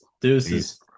Deuces